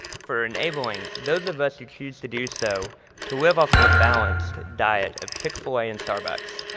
for enabling those of us who choose to do so to live off of a balanced diet of chick-fil-a and starbucks.